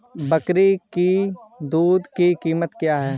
बकरी की दूध की कीमत क्या है?